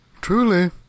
Truly